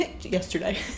yesterday